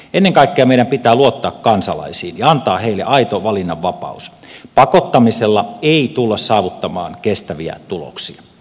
ennen kaikkea meidän pitää luottaa kansalaisiin ja antaa heille aito valinnanvapaus pakottamisella ei tulla saavuttamaan kestäviä tuloksia